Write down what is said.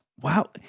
Wow